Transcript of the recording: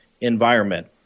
environment